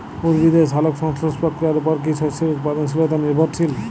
উদ্ভিদের সালোক সংশ্লেষ প্রক্রিয়ার উপর কী শস্যের উৎপাদনশীলতা নির্ভরশীল?